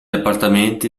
appartamenti